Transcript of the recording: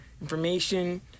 information